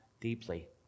deeply